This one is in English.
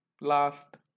last